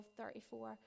34